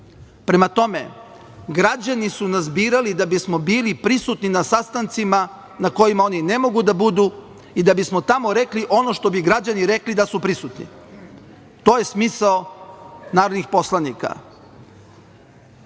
bilo. Prema tome, građani su nas birali da bismo bili prisutni na sastancima na kojima oni ne mogu da budu i da bismo tamo rekli ono što bi građani rekli da su prisutni. To je smisao narodnih poslanika. Ovde